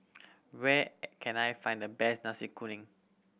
where can I find the best Nasi Kuning